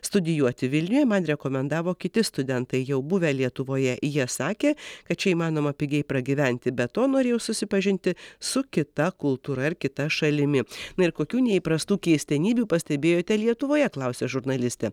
studijuoti vilniuje man rekomendavo kiti studentai jau buvę lietuvoje jie sakė kad čia įmanoma pigiai pragyventi be to norėjau susipažinti su kita kultūra ir kita šalimi na ir kokių neįprastų keistenybių pastebėjote lietuvoje klausia žurnalistė